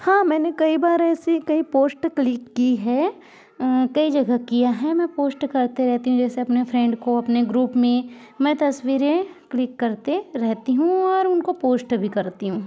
हाँ मैंने कई बार ऐसी कई पोस्ट क्लिक की है कई जगह किया है मैं पोस्ट करते रहती हूँ जैसे अपने फ्रेंड को अपने ग्रुप में मैं तस्वीरें क्लिक करते रहती हूँ और उनको पोस्ट भी करती हूँ